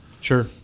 Sure